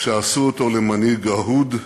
שעשו אותו למנהיג אהוד,